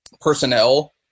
personnel